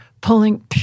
pulling